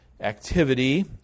activity